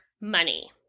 money